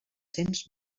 cents